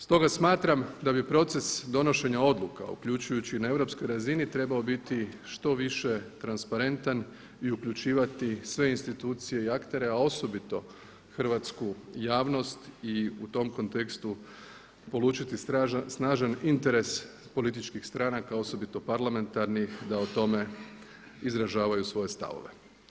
Stoga smatram da bi proces donošenja odluka uključujući i na europskoj razini trebao biti što više transparentan i uključivati sve institucije i aktere a osobito hrvatsku javnost i u tom kontekstu polučiti snažan interes političkih stranaka osobito parlamentarnih da o tome izražavaju svoje stavove.